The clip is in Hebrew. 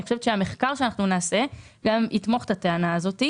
אני חושבת שהמחקר שנעשה יתמוך את הטענה הזאת.